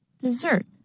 Dessert